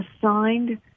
assigned